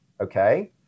okay